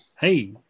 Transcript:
Hey